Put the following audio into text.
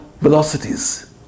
velocities